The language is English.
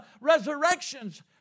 resurrections